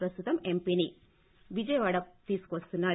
ప్రస్తుతం ఎంపీని విజయవాడ తీసుకువస్తున్నారు